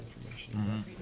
information